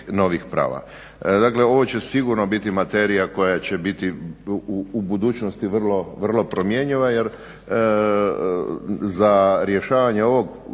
novih prava. Dakle, ovo će sigurno biti materija koja će biti u budućnosti vrlo promjenjiva jer za rješavanje ovog